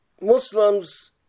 Muslims